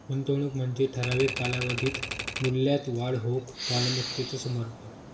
गुंतवणूक म्हणजे ठराविक कालावधीत मूल्यात वाढ होऊक मालमत्तेचो समर्पण